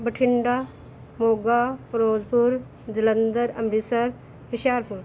Bathinda Moga Firozpur Jalandhar Amritsar Hoshiarpur